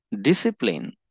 discipline